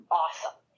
awesome